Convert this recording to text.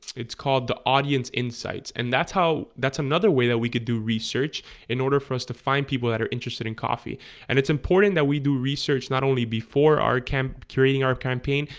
it's called the audience insights and that's how that's another way that we could do research in order for us to find people that are interested in coffee and it's important that we do research not only before our camp curating our campaign,